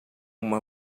uma